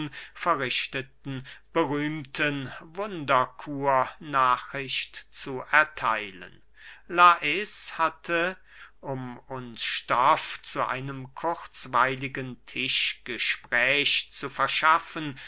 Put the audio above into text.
verrichteten berühmten wunderkur nachricht zu ertheilen lais hatte um uns stoff zu einem kurzweiligen tischgespräch zu verschaffen